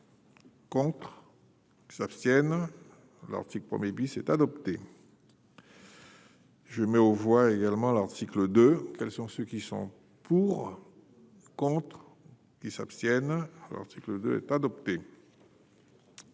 Contre ou s'abstiennent l'article premier bis est adopté. Je mets aux voix également l'article 2 quels sont ceux qui sont pour, contre qui s'abstiennent, article 2 est adopté.